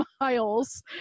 miles